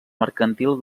mercantil